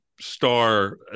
star